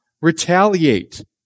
retaliate